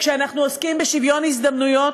כשאנחנו עוסקים בשוויון הזדמנויות,